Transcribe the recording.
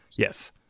Yes